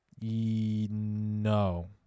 No